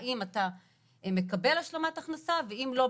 האם הוא מקבל השלמת הכנסה ואם לא,